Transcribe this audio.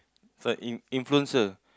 it's like in influencer